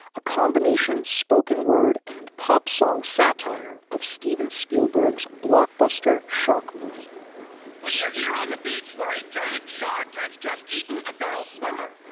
a combination spoken word and pop song satire of steven spielberg's blockbuster shark movie we are here on the beach where a giant shark has just eaten a girl swimmer.